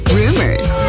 rumors